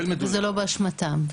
וזה לא באשמתם.